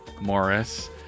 Morris